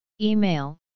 Email